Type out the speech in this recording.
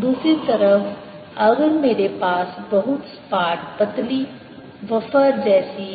दूसरी तरफ अगर मेरे पास बहुत सपाट पतली वफ़र जैसी